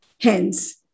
hence